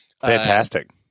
Fantastic